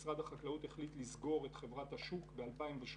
משרד החקלאות החליט לסגור את חברת השוק ב-2018.